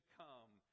come